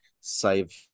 save